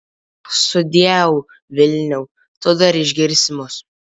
sudieu vilniau tu dar išgirsi mus